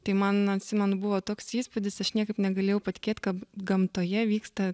tai man atsimenu buvo toks įspūdis aš niekaip negalėjau patikėt kad gamtoje vyksta